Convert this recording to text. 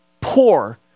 poor